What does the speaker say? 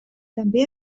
també